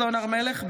(קוראת בשמות חברי הכנסת) לימור סון הר מלך,